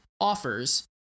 offers